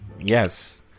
Yes